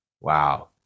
wow